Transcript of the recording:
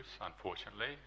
unfortunately